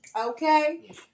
Okay